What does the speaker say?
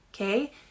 Okay